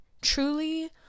truly